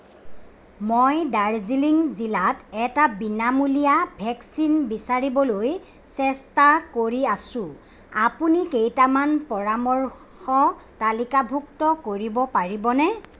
মই দাৰ্জিলিং জিলাত এটা বিনামূলীয়া ভেকচিন বিচাৰিবলৈ চেষ্টা কৰি আছোঁ আপুনি কেইটামান পৰামৰ্শ তালিকাভুক্ত কৰিব পাৰিবনে